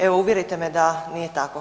Evo uvjerite me da nije tako.